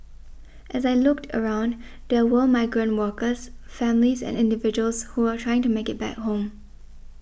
as I looked around there were migrant workers families and individuals who were trying to make it back home